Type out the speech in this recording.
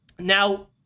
Now